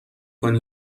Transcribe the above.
کنی